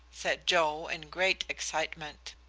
said joe, in great excitement.